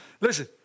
Listen